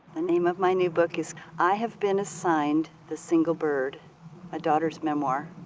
the name of my new book is i have been assigned the single bird a daughter's memoir.